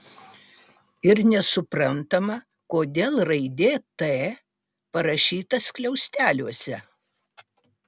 ir nesuprantama kodėl raidė t parašyta skliausteliuose